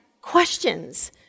questions